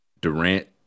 Durant